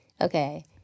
okay